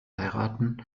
heiraten